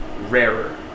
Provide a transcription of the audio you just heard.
rarer